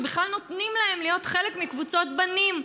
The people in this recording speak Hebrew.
שבכלל נותנים להן להיות חלק מקבוצות בנים.